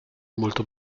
molto